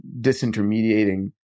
disintermediating